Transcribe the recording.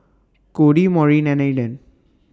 Cody Maureen and Eden